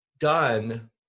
done